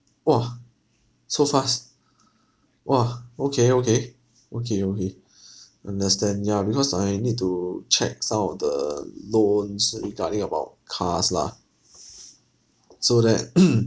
!wah! so fast !wah! okay okay okay okay understand ya because I need to check some of the loans regarding about cars lah so that